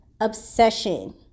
obsession